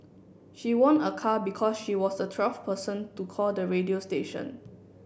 she won a car because she was the twelfth person to call the radio station